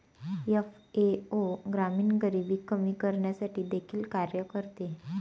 FAO ग्रामीण गरिबी कमी करण्यासाठी देखील कार्य करते